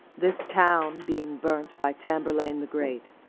this town, being burnt by tamburlaine the great,